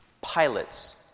pilots